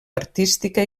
artística